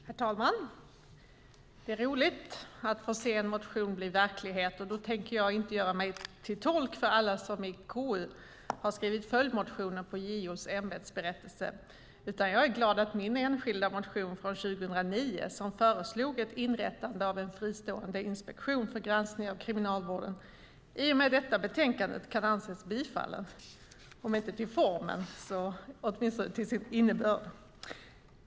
Herr talman! Det är roligt att få se en motion bli verklighet. Då tänker jag inte göra mig till tolk för alla som i KU har skrivit följdmotioner på JO:s ämbetsberättelse, utan jag är glad att min enskilda motion från 2009, som föreslog ett inrättande av en fristående inspektion för granskning av Kriminalvården, i och med detta betänkande kan anses bifallen, om inte till formen så åtminstone till sin innebörd.